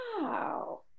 wow